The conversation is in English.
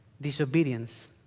disobedience